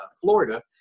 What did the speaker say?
Florida